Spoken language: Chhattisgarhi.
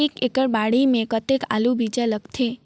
एक एकड़ बाड़ी मे कतेक आलू बीजा लगथे?